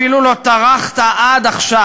אפילו לא טרחת עד עכשיו,